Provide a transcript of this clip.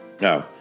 No